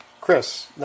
Chris